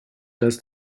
dass